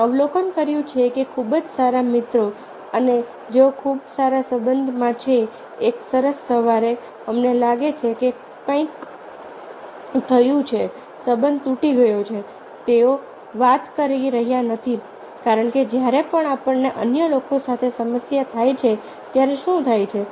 અમે અવલોકન કર્યું છે કે ખૂબ જ સારા મિત્રો અને જેઓ ખૂબ સારા સંબંધમાં છે એક સરસ સવારે અમને લાગે છે કે કંઈક થયું છે સંબંધ તૂટી ગયો છે તેઓ વાત કરી રહ્યા નથી કારણ કે જ્યારે પણ આપણને અન્ય લોકો સાથે સમસ્યા થાય છે ત્યારે શું થાય છે